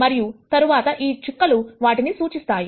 మరియు తర్వాత ఈ చుక్కలు వాటిని సూచిస్తాయి